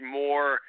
more